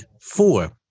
four